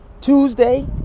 Tuesday